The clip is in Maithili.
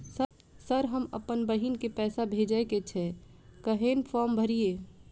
सर हम अप्पन बहिन केँ पैसा भेजय केँ छै कहैन फार्म भरीय?